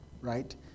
right